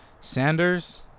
Sanders